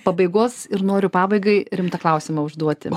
pabaigos ir noriu pabaigai rimtą klausimą užduoti